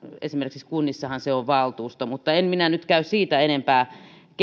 esimerkiksi kunnissahan se on valtuusto mutta en minä nyt käy siitä enempää